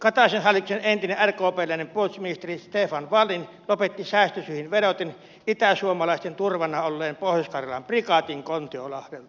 kataisen hallituksen entinen rkpläinen puolustusministeri stefan wallin lopetti säästösyihin vedoten itäsuomalaisten turvana olleen pohjois karjalan prikaatin kontiolahdelta